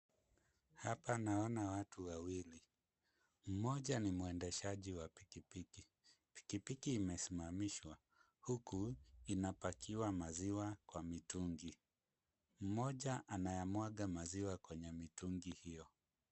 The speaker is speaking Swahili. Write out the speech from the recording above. Hapa naona watu wawili. Mmoja ni mwendeshaji wa pikipiki. Pikipiki imesimamishwa huku inapakiwa maziwa kwa mitungi. Mmoja anayamwaga maziwa kwenye mitungi hiyo.